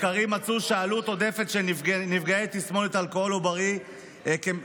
מחקרים מצאו שהעלות העודפת של נפגעי תסמונת אלכוהול עוברי היא כ-2